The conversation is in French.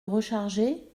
recharger